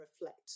reflect